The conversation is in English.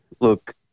Look